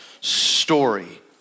story